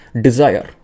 desire